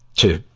to